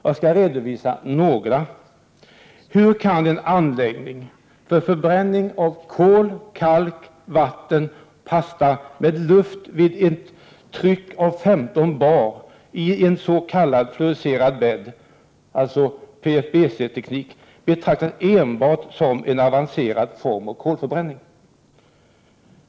Jag skall redovisa några: —- Hur kan en anläggning för förbränning av kol-, kalkoch vattenpasta med luft vid ett tryck av ca 15 bar i en s.k. fluidiserad bädd betraktas enbart som en avancerad form av kolförbränning?